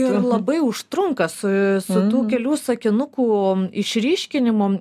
ir labai užtrunka su su tų kelių sakinukų išryškinimu